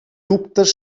dubtes